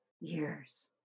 years